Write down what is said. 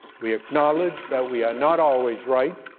we acknowledge that we are not always right.